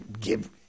give